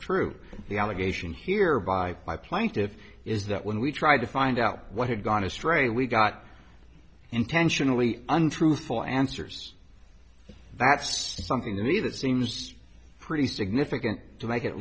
true the allegation here by my plaintiffs is that when we tried to find out what had gone astray we got intentionally untruthful answers that's something you need it seems pretty significant to make at